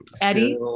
Eddie